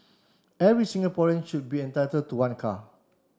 every Singaporean should be entitled to one car